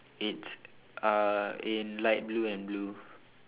it's uh in light blue and blue